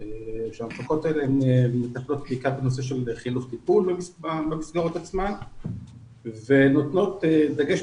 והמפקחות האלה מטפלות בעיקר בחינוך במסגרות עצמן ונותנות דגש,